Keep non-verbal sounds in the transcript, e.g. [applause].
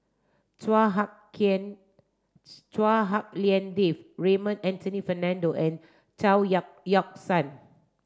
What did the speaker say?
Chua Hak [unintelligible] Chua Hak Lien Dave Raymond Anthony Fernando and Chao Yoke Yoke San